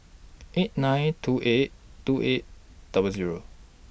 eight nine two eight two eight double Zero